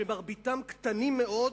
שמרביתם קטנים מאוד,